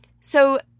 so-